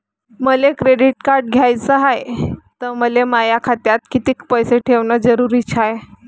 मले credit card घ्याचं हाय, त मले माया खात्यात कितीक पैसे ठेवणं जरुरीच हाय?